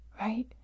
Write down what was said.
right